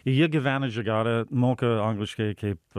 jie gyvena žigare moka angliškai kaip